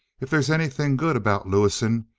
if they's anything good about lewison,